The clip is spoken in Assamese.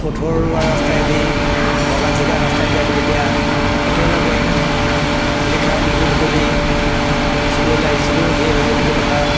পথৰুৱা ৰাস্তাইদি ভগা চিগা ৰাস্তাইদি আমি যেতিয়া একেলগে শিলিখা আমলখি বুটলি স্কুললৈ আহিছিলোঁ সেই সময়খিনিৰ কথা